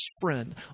friend